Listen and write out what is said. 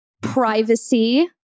privacy